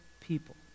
people